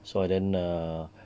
so I didn't err